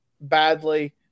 badly